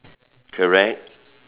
correct